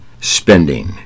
spending